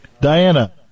Diana